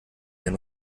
den